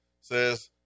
says